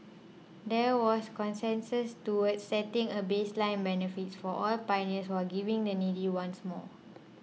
there was consensus towards setting a baseline benefits for all pioneers while giving the needy ones more